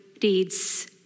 deeds